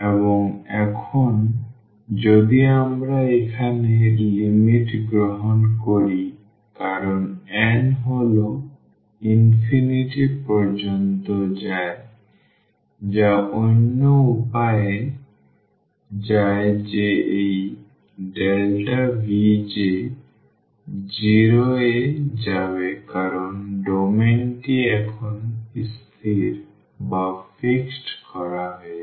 এবং এখন যদি আমরা এখানে লিমিট গ্রহণ করি কারণ n হল infinity পর্যন্ত যায় বা অন্য উপায়ে যায় যে এই Vj 0 এ যাবে কারণ ডোমেইনটি এখন স্থির করা হয়েছে